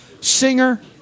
singer